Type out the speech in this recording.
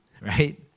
right